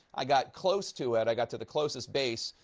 i got close to it, i got to the closest base,